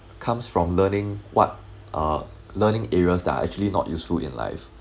comes from learning what uh learning areas that are actually not useful in life